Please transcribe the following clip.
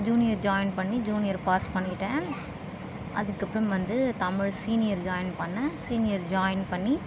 junior join பண்ணி junior pass பண்ணிட்டேன் அதுக்கு அப்புறம் வந்து தமிழ் சீனியர் ஜாயின் பண்ணேன் சீனியர் ஜாயின் பண்ணி